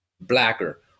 blacker